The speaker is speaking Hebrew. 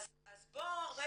אז בוא רגע